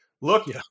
look